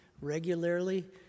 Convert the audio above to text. regularly